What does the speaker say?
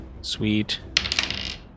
Sweet